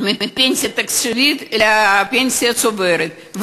מפנסיה תקציבית לפנסיה צוברת,